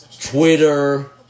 Twitter